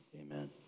amen